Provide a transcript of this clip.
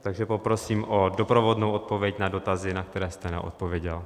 Takže poprosím o doprovodnou odpověď na dotazy, na které jste neodpověděl.